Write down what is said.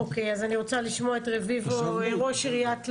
אני מבקשת לשמוע את רביבו, ראש עיריית לוד.